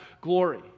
glory